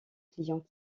client